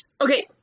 Okay